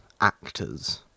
actors